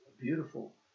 beautiful